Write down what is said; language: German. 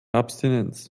abstinenz